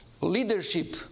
Leadership